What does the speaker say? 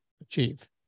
achieve